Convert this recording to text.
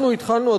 אנחנו התחלנו,